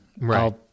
right